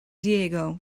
diego